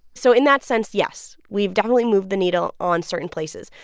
so in that sense, yes, we've definitely moved the needle on certain places,